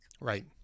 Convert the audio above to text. Right